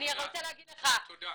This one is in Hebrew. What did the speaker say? אני רוצה להגיד לך --- תודה.